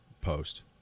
post